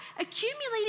Accumulating